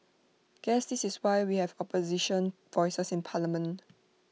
guess this is why we have opposition voices in parliament